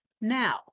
Now